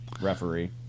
referee